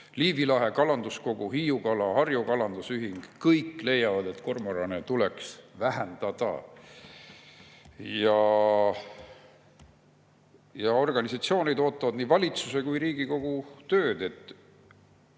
Liivi Lahe Kalanduskogu, Hiiukala ja Harju Kalandusühing, siis kõik leiavad, et kormorane tuleks vähendada. Ja organisatsioonid ootavad nii valitsuse kui ka Riigikogu tööd, et